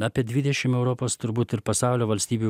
apie dvidešim europos turbūt ir pasaulio valstybių